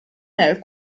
nel